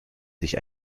sich